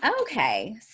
okay